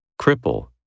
Cripple